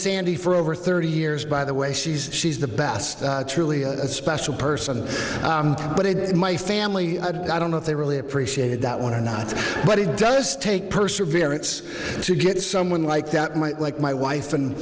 sandy for over thirty years by the way she's she's the best truly special person but it is my family i don't know if they really appreciated that one or not but it does take perseverance to get someone like that might like my wife and